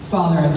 Father